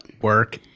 Work